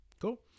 Cool